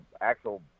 actual